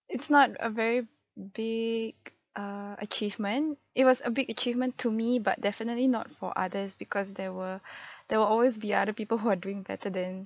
it's not a very big err achievement it was a big achievement to me but definitely not for others because there were there will always be other people who are doing better than